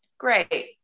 great